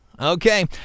Okay